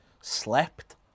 slept